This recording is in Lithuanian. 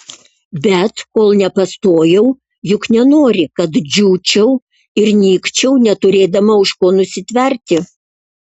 bet kol nepastojau juk nenori kad džiūčiau ir nykčiau neturėdama už ko nusitverti